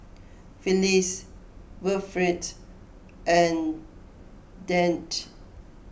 Felix Wilfrid and Dante